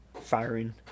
firing